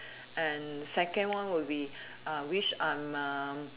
and second one will be uh wish I'm a